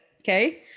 Okay